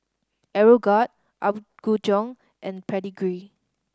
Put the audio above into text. Aeroguard Apgujeong and Pedigree